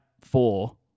four